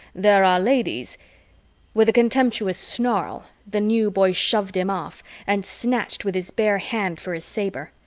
there are ladies with a contemptuous snarl, the new boy shoved him off and snatched with his bare hand for his saber.